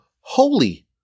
holy